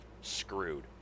screwed